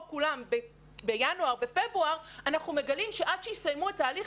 כולם בינואר או בפברואר אנחנו מגלים שעד שיסיימו את תהליך